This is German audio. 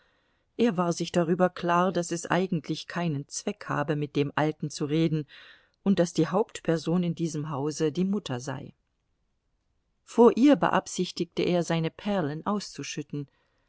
er war sich darüber klar daß es eigentlich keinen zweck habe mit dem alten zu reden und daß die hauptperson in diesem hause die mutter sei vor ihr beabsichtigte er seine perlen auszuschütten